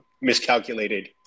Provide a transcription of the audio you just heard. miscalculated